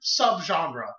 subgenre